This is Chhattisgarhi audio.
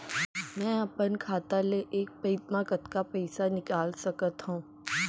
मैं अपन खाता ले एक पइत मा कतका पइसा निकाल सकत हव?